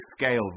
scale